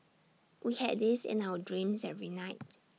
we had this in our dreams every night